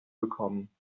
bekommen